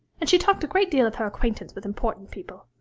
and she talked a great deal of her acquaintance with important people.